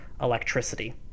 electricity